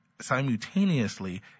simultaneously